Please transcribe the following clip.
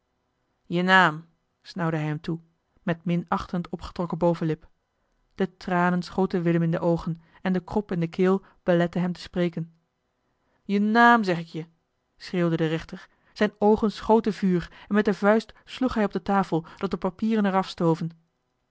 je naam snauwde hij hem toe met minachtend opgetrokken bovenlip de tranen schoten willem in de oogen en de krop in de keel belette hem te spreken je naam zeg ik je schreeuwde de rechter zijn oogen schoten vuur en met de vuist sloeg hij op de tafel dat de papieren er afstoven